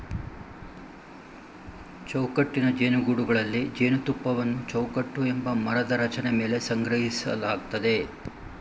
ಚೌಕಟ್ಟಿನ ಜೇನುಗೂಡುಗಳಲ್ಲಿ ಜೇನುತುಪ್ಪವನ್ನು ಚೌಕಟ್ಟು ಎಂಬ ಮರದ ರಚನೆ ಮೇಲೆ ಸಂಗ್ರಹಿಸಲಾಗ್ತದೆ